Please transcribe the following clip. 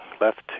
left